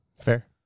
Fair